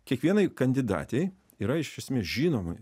kiekvienai kandidatei yra iš esmės žinomi